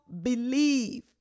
believe